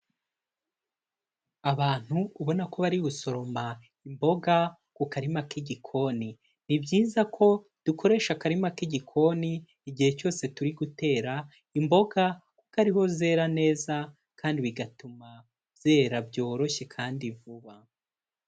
Abantu ubona ko bari gusoroma imboga ku karima k'igikoni; ni byiza ko dukoresha akarima k'igikoni igihe cyose turi gutera imboga, kuko ariho zera neza kandi bigatuma zera byoroshye kandi vuba.